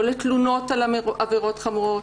לא לתלונות על עבירות חמורות,